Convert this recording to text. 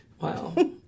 Wow